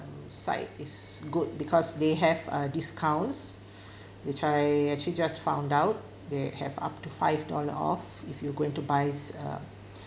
site is good because they have uh discounts which I actually just found out they have up to five dollar off if you going to buys um